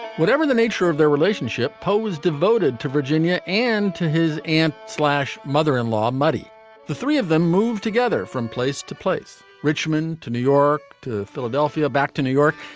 whatever the nature of their relationship poe was devoted to virginia and to his aunt slash mother in law murray the three of them moved together from place to place richmond to new york to philadelphia back to new york.